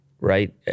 Right